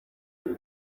muri